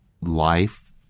life